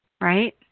right